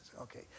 Okay